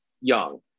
young